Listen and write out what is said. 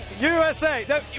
USA